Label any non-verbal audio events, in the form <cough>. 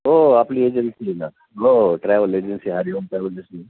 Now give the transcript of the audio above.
हो आपली एजन्सी ना हो हो travel agency Hari Om travel <unintelligible>